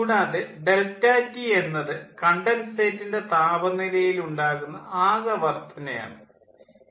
കൂടാതെ ∆T എന്നത് കണ്ടൻസേറ്റിൻ്റെ താപനിലയിൽ ഉണ്ടാകുന്ന ആകെ വർദ്ധന ആണ്